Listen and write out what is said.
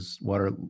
water